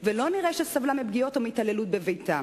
ולא נראה שסבלה מפגיעות או מהתעללות בביתה.